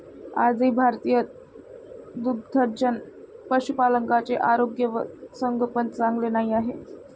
आजही भारतीय दुग्धजन्य पशुपालकांचे आरोग्य व संगोपन चांगले नाही आहे